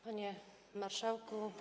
Panie Marszałku!